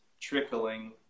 trickling